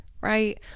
right